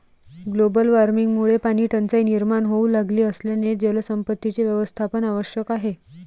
global वॉर्मिंगमुळे पाणीटंचाई निर्माण होऊ लागली असल्याने जलसंपत्तीचे व्यवस्थापन आवश्यक आहे